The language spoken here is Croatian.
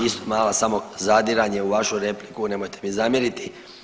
Isto samo malo zadiranje u vašu repliku, nemojte mi zamjeriti.